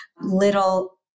little